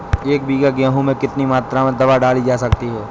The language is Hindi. एक बीघा गेहूँ में कितनी मात्रा में दवा डाली जा सकती है?